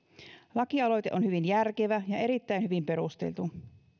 lakialoite on hyvin järkevä ja erittäin hyvin perusteltu